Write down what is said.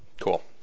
Cool